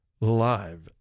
Live